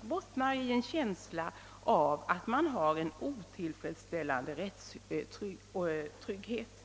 bottnar väl i en känsla av otillfredsställande rättstrygghet.